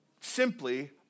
simply